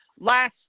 last